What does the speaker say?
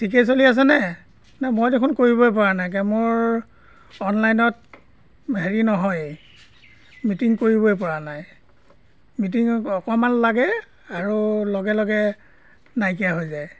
ঠিকেই চলি আছেনে নাই মই দেখোন কৰিবই পৰা নাই তাকে মোৰ অনলাইনত হেৰি নহয়েই মিটিং কৰিবইপৰা নাই মিটিং অকণমান লাগে আৰু লগে লগে নাইকিয়া হৈ যায়